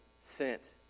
sent